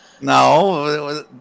No